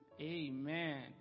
Amen